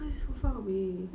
cause so far away